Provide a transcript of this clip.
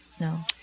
No